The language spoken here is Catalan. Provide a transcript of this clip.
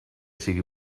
sigui